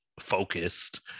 focused